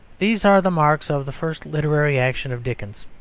these are the marks of the first literary action of dickens.